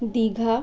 Digha